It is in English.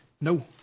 No